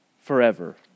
forever